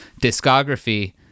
discography